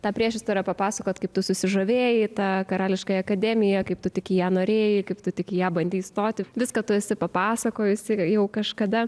tą priešistorę papasakot kaip tu susižavėjai ta karališkąja akademija kaip tu tik į ją norėjai kaip tu tik ją bandei stoti viską tu esi papasakojusi jau kažkada